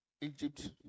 Egypt